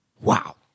wow